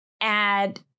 add